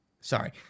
sorry